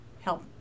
help